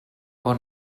bon